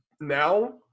now